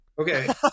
Okay